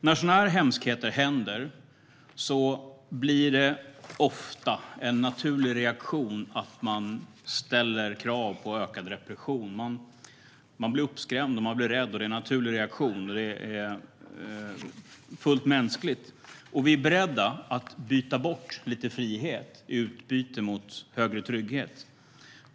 När sådana här hemskheter händer blir ofta en naturlig reaktion att man ställer krav på ökad repression. Man blir uppskrämd, och man blir rädd. Det är en naturlig reaktion. Det är fullt mänskligt. Vi är beredda att byta bort lite frihet mot större trygghet.